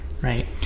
right